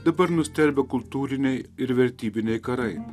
dabar nustelbia kultūriniai ir vertybiniai karai